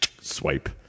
Swipe